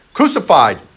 Crucified